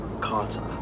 Carter